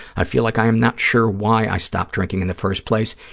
i feel like i am not sure why i stopped drinking in the first place,